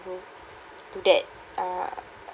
to to that uh